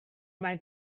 man